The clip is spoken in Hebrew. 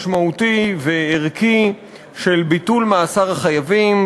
משמעותי וערכי של ביטול מאסר החייבים,